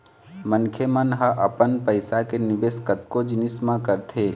मनखे मन ह अपन पइसा के निवेश कतको जिनिस म करथे